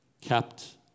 kept